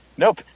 Nope